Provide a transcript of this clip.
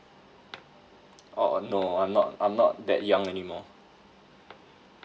oh no I'm not I'm not that young anymore